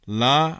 la